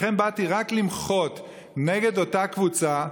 לכן באתי רק למחות נגד אותה קבוצה.